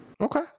okay